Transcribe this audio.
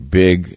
big